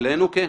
אצלנו כן.